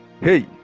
Hey